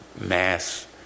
mass